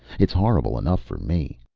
it's horrible enough for me.